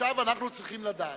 עכשיו אנחנו צריכים לדעת.